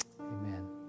amen